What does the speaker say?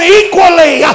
equally